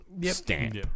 stamp